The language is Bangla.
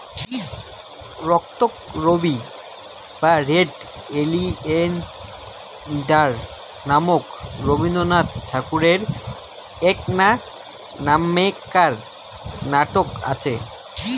রক্তকরবী বা রেড ওলিয়েন্ডার নামক রবীন্দ্রনাথ ঠাকুরের এ্যাকনা নামেক্কার নাটক আচে